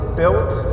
built